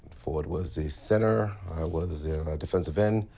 ford was a center, i was a defensive end,